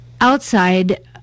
outside